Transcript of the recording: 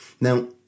Now